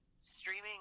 streaming